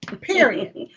Period